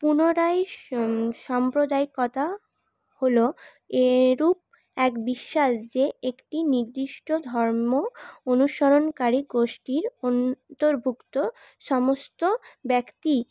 পুনরায় সম্প্রদায়িকতা হল এরূপ এক বিশ্বাস যে একটি নির্দিষ্ট ধর্ম অনুসরণকারী গোষ্ঠীর অন্তর্ভুক্ত সমস্ত ব্যক্তি